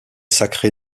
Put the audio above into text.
sacré